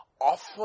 offer